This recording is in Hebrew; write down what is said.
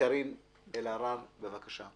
קארין אלהרר, בבקשה.